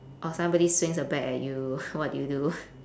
or somebody swings a bat at you what do you do